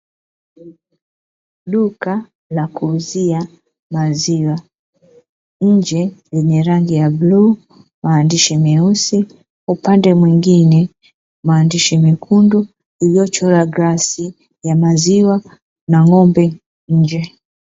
Duka la kuuzia maziwa nje lenye rangi ya bluu maandishi meusi upande mwingine maandishi mekundu, iliyochorwa glasi ya maziwa na ng'ombe nje.